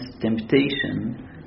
temptation